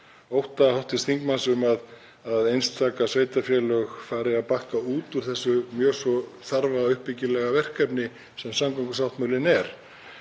ótta hv. þingmanns um að einstök sveitarfélög fari að bakka út úr þessu mjög svo þarfa, uppbyggilega verkefni sem samgöngusáttmálinn er.